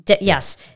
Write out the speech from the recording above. Yes